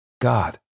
God